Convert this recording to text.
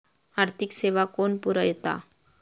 आर्थिक सेवा कोण पुरयता?